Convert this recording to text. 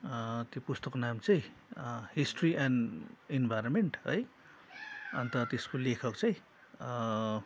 त्यो पुस्तकको नाम चाहिँ हिस्ट्री एन्ड इन्भाइरोमेन्ट है अन्त त्यसको लेखक चाहिँ